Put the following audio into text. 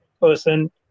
person